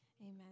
Amen